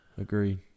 Agreed